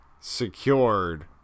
secured